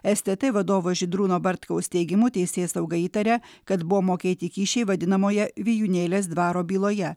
stt vadovo žydrūno bartkaus teigimu teisėsauga įtaria kad buvo mokėti kyšiai vadinamoje vijūnėlės dvaro byloje